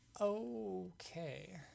Okay